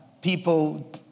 people